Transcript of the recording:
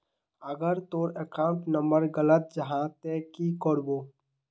अगर तोर account number गलत जाहा ते की करबो?